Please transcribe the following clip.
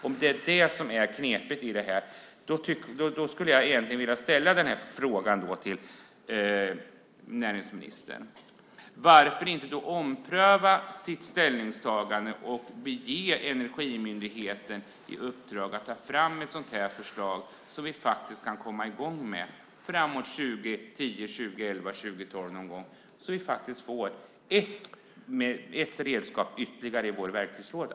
Om det är det som är knepigt i det här skulle jag vilja ställa den här frågan till näringsministern: Varför inte då ompröva ställningstagandet och ge Energimyndigheten i uppdrag att ta fram ett sådant här förslag som vi faktiskt kan komma i gång med framåt 2010, 2011 eller 2012, så att vi faktiskt får ytterligare ett redskap i vår verktygslåda.